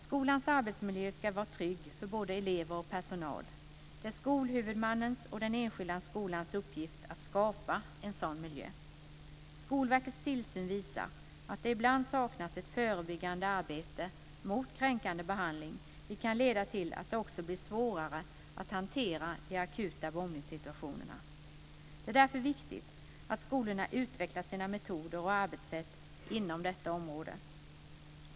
Skolans arbetsmiljö ska vara trygg för både elever och personal. Det är skolhuvudmannens och den enskilda skolans uppgift att skapa en sådan miljö. Skolverkets tillsyn visar att det ibland saknas ett förebyggande arbete mot kränkande behandling, vilket kan leda till att det också blir svårare att hantera de akuta mobbningssituationerna. Det är därför viktigt att skolorna utvecklar sina metoder och arbetssätt inom detta område.